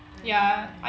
mm